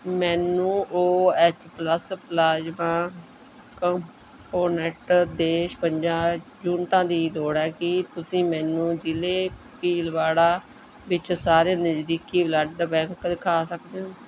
ਮੈਨੂੰ O H plus plasma component ਦੇ ਛਪੰਜਾ ਯੂਨਿਟਾਂ ਦੀ ਲੋੜ ਹੈ ਕੀ ਤੁਸੀਂ ਮੈਨੂੰ ਜ਼ਿਲ੍ਹੇ ਭੀਲਵਾੜਾ ਵਿੱਚ ਸਾਰੇ ਨਜ਼ਦੀਕੀ ਬਲੱਡ ਬੈਂਕ ਦਿਖਾ ਸਕਦੇ ਹੋ